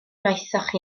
wnaethoch